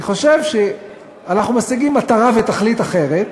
אני חושב שאנחנו משיגים מטרה ותכלית אחרת.